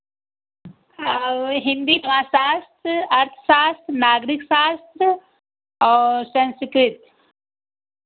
और हिंदी समाजशास्त्र अर्थशास्त्र नागरिक शास्त्र और संस्कृत